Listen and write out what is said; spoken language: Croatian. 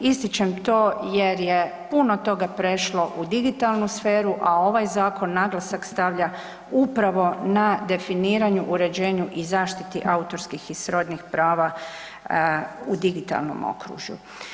Ističem to jer je puno toga prešlo u digitalnu sferu, a ovaj zakon naglasak stavlja upravo na definiranju, uređenju i zaštiti autorskih i srodnih prava u digitalnom okružju.